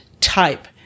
type